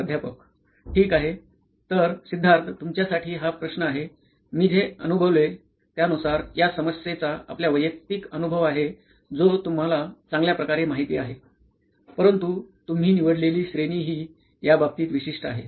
प्राध्यापक ठीक आहे तर सिद्धार्थ तुमच्यासाठी हा प्रश्न आहे मी जे अनुभवले त्यानुसार या समस्येचा आपला वैयक्तिक अनुभव आहे जो तुम्हला चांगल्या प्रकारे माहिती आहे परंतु तुम्ही निवडलेली श्रेणी हि या बाबतीत विशिष्ट आहे